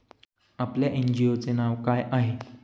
आपल्या एन.जी.ओ चे नाव काय आहे?